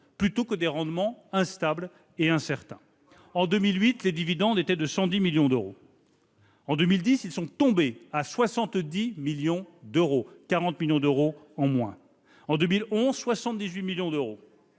plutôt que des rendements instables et incertains. En 2008, les dividendes étaient de 110 millions d'euros. En 2010, ils sont tombés à 70 millions d'euros- ce qui représente 40 millions d'euros